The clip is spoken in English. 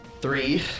three